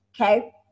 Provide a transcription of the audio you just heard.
okay